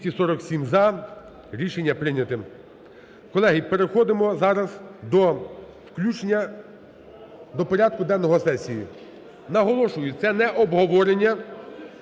Колеги, переходимо зараз до включення до порядку денного сесії. Наголошую, це не обговорення.